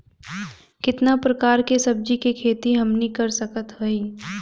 कितना प्रकार के सब्जी के खेती हमनी कर सकत हई?